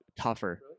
tougher